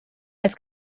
als